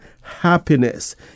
happiness